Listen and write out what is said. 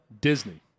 Disney